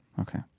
Okay